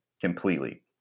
completely